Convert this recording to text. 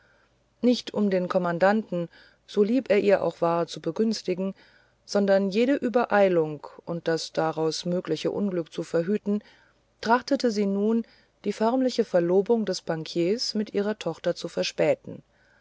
nicht um den kommandanten so lieb er ihr auch war zu begünstigen sondern jede übereilung und das daraus mögliche unglück zu verhüten trachtete sie nun die förmliche verlobung des bankiers mit ihrer tochter zu verspäten